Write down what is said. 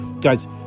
Guys